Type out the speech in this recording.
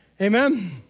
Amen